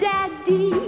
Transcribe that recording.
Daddy